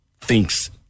thinks